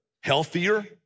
healthier